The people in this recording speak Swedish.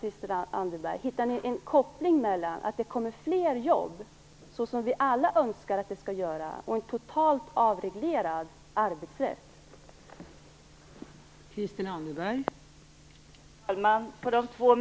Var hittar ni en koppling mellan att det kommer fler jobb, såsom vi alla önskar att det skall göra, och en totalt avreglerad arbetsrätt, Christel Anderberg?